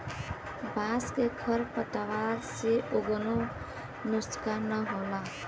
बांस के खर पतवार से कउनो नुकसान ना होला